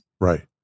right